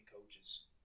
coaches